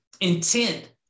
intent